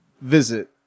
visit